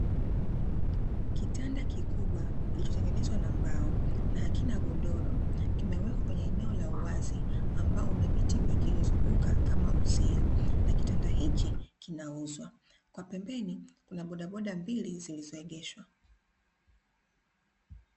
Kitanda kikubwa kilichotengenezwa na mbao, na hakina godoro kimewekwa kwenye eneo la uwazi, ambao lina miti mingi iliyozunguka kama uzio, na kitanda hichi kinauzwa. Kwa pembeni kuna bodaboda mbili zilizoegeshwa.